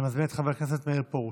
אני מזמין את חבר הכנסת מאיר פרוש.